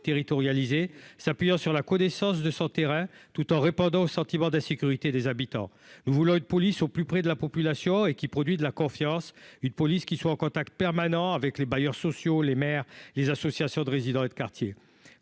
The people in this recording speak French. territorialisée, s'appuyant sur la connaissance de son terrain tout en répondant au sentiment d'insécurité des habitants, nous voulons une police au plus près de la population et qui produit de la confiance, une police qui soit en contact permanent avec les bailleurs sociaux, les maires, les associations de résidents et de quartier,